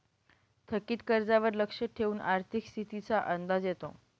थकीत कर्जावर लक्ष ठेवून आर्थिक स्थितीचा अंदाज येतो